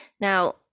Now